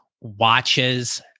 watches